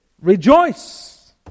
Rejoice